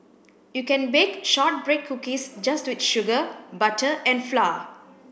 you can bake shortbread cookies just with sugar butter and flour